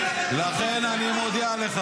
לכן אני מודיע לך: